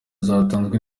zatanzwe